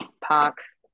Parks